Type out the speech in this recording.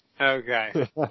Okay